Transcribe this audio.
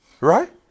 Right